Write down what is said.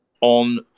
on